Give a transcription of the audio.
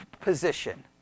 position